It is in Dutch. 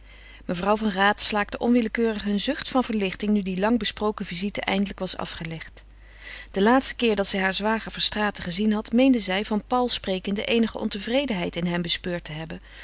mevrouw van raat slaakte onwillekeurig een zucht van verlichting nu die lang besproken visite eindelijk was afgelegd den laatsten keer dat zij haar zwager verstraeten gezien had meende zij van paul sprekende eenige ontevredenheid in hem bespeurd te hebben